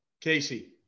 Casey